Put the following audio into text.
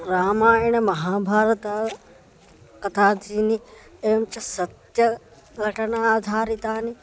रामायणं महाभारतं कथा चीनि एवं च सत्यं घटनाधारितानि